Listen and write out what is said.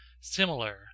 similar